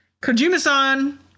Kojima-san